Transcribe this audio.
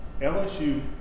LSU